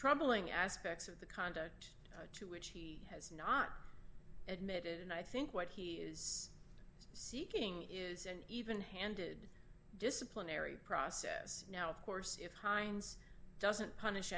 troubling aspects of the conduct he has not admitted and i think what he is seeking is an even handed disciplinary process now of course if hines doesn't punish